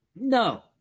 No